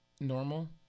Normal